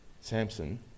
Samson